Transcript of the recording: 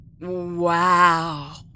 Wow